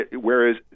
whereas